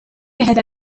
هذا